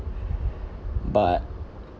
but